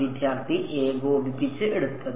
വിദ്യാർത്ഥി ഏകോപിപ്പിച്ച് എടുത്തത്